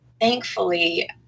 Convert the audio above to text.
thankfully